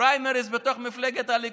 פריימריז בתוך מפלגת הליכוד?